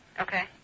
Okay